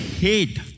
hate